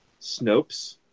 Snopes